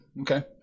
Okay